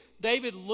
David